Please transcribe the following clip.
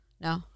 No